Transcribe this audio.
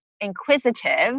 Inquisitive